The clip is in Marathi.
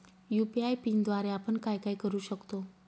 यू.पी.आय पिनद्वारे आपण काय काय करु शकतो?